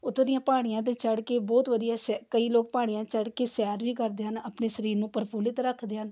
ਉੱਥੋਂ ਦੀਆਂ ਪਹਾੜੀਆਂ 'ਤੇ ਚੜ੍ਹ ਕੇ ਬਹੁਤ ਵਧੀਆ ਸੈ ਕਈ ਲੋਕ ਪਹਾੜੀਆਂ ਚੜ੍ਹ ਕੇ ਸੈਰ ਵੀ ਕਰਦੇ ਹਨ ਆਪਣੇ ਸਰੀਰ ਨੂੰ ਪ੍ਰਫੁੱਲਿਤ ਰੱਖਦੇ ਹਨ